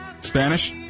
Spanish